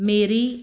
ਮੇਰੀ